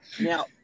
now